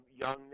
young